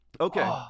Okay